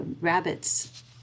rabbits